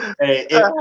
hey